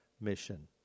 mission